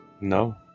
No